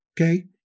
okay